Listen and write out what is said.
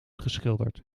geschilderd